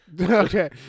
Okay